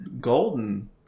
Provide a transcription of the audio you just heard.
golden